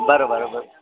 बरो बराबरि